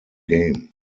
game